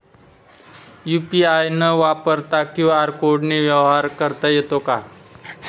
UPI न वापरता QR कोडने व्यवहार करता येतो का?